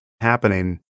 happening